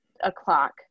o'clock